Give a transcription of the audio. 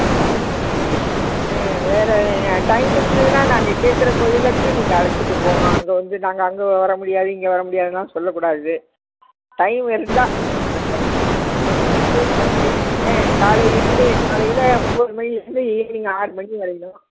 ஆ சரி ஆ வேறு டைம் இருந்ததுன்னா நாங்கள் கேட்கற கோயிலுக்கு நீங்கள் அழைச்சிட்டுப் போகணும் அங்கே வந்து நாங்கள் அங்கே வர முடியாது இங்கே வர முடியாதுன்லாம் சொல்லக்கூடாது டைம் இருந்தால் நாங்கள் ஆ ஆ காலையிலேருந்து காலையில் ஒன்போது மணிலேருந்து ஈவினிங் ஆறு மணி வரையிலும்